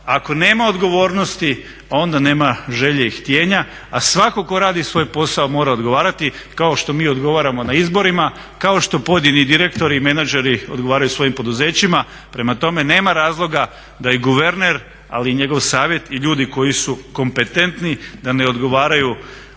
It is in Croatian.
Ako nema odgovornosti onda nema želje i htjenja, a svatko tko radi svoj posao mora odgovarati kao što mi odgovaramo na izborima, kao što pojedini direktori i menadžeri odgovaraju svojim poduzećima. Prema tome, nema razloga da i guverner, ali i njegov savjet i ljudi koji su kompetentni da ne odgovaraju